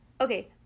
okay